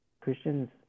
Christians